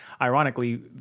ironically